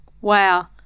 Wow